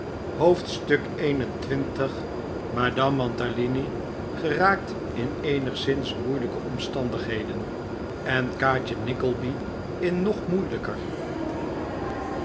hoofdstuk xxi madame mantalini geraakt in eenigszins moeilijke omstandigheden en kaatje nickleby in nog moeilijker